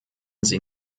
sie